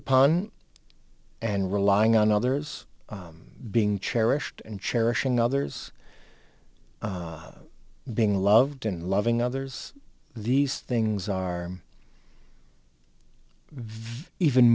upon and relying on others being cherished and cherishing others being loved and loving others these things are ve